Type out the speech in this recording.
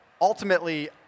Ultimately